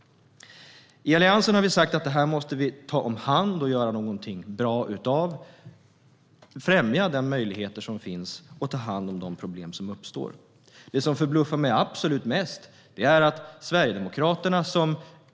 I Alliansen har vi sagt att vi måste ta hand om detta och göra någonting bra av det. Vi måste främja de möjligheter som finns och ta hand om de problem som uppstår. Det som förbluffar mig absolut mest är Sverigedemokraterna.